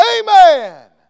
Amen